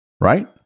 right